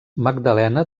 magdalena